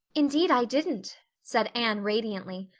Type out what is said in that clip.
indeed i didn't, said anne radiantly.